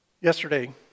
Yesterday